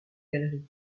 galerie